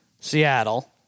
Seattle